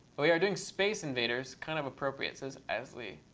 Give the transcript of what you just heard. we are doing space invaders kind of appropriate, says asley.